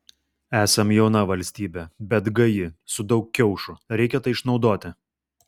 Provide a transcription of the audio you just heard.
esam jauna valstybė bet gaji su daug kiaušų reikia tai išnaudoti